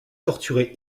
torturé